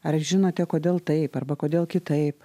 ar žinote kodėl taip arba kodėl kitaip